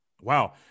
Wow